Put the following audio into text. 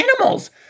animals